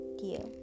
dear